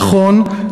נכון,